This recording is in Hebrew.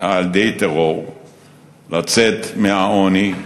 בטרור לצאת מהעוני,